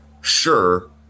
sure